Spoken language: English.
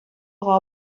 are